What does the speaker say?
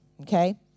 Okay